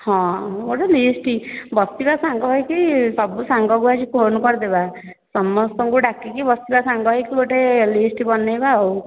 ହଁ ଗୋଟେ ଲିଷ୍ଟ ବସିବା ସାଙ୍ଗ ହୋଇକି ସବୁ ସାଙ୍ଗକୁ ଆଜି ଫୋନ କରିଦେବା ସମସ୍ତଙ୍କୁ ଡାକିକି ବସିବା ସାଙ୍ଗ ହୋଇକି ଗୋଟେ ଲିଷ୍ଟ ବନାଇବା ଆଉ